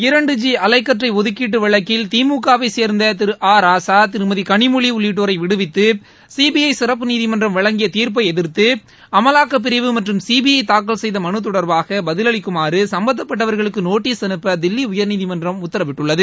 இரண்டு ஜி அலைக்கற்றைஒதுக்கீட்டுவழக்கில் திமுகவைசே்ந்ததிரு ஆ ராசா திருமதிகளிமொழிஉள்ளிட்டோரைவிடுவித்துசிபிஐசிறப்பு நீதிமன்றம் வழங்கியதீர்ப்பைஎதிர்த்துஅமலாக்கபிரிவு தாக்கல் செய்தமனுதொடர்பாகபதில் அளிக்குமாறுசம்பந்தப்பட்டவர்களுக்குநோட்டீஸ் அனுப்பதில்லிஉயர்நீதிமன்றம் உத்தரவிட்டுள்ளது